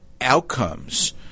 outcomes